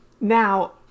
Now